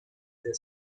their